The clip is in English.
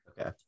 Okay